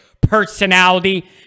personality